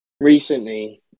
recently